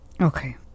Okay